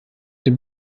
dem